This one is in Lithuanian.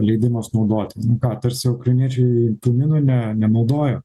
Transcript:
leidimas naudoti ką tarsi ukrainiečiai tų minų ne nenaudoja